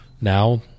now